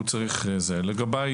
לגביי,